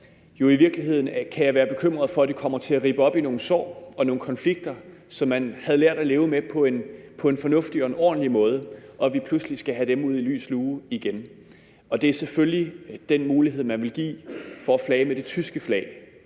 jo i virkeligheden være bekymret for, at det kommer til at rippe op i nogle sår og nogle konflikter, som man havde lært at leve med på en fornuftig og ordentlig måde, hvis vi pludselig skal have dem ud i lys lue igen. Det er selvfølgelig den mulighed, man vil give for at flage med det tyske flag,